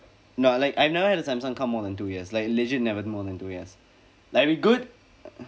no I like I have never had a samsung come more than two years like legit never more than two years like we good